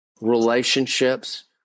relationships